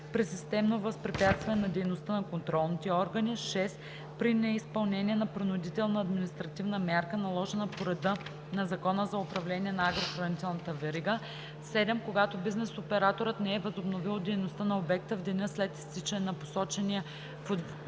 при системно възпрепятстване на дейността на контролните органи; 6. при неизпълнение на принудителна административна мярка, наложена по реда на Закона за управление на агрохранителната верига; 7. когато бизнес операторът не е възобновил дейността на обекта в деня след изтичане на посочения в